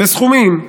וסכומים,